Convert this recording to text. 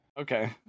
Okay